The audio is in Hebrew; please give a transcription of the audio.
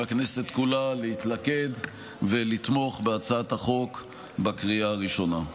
מהכנסת כולה להתלכד ולתמוך בהצעת החוק בקריאה הראשונה.